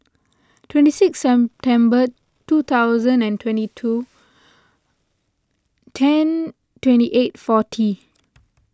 twenty sixth September two thousand and twenty two ten twenty eight forty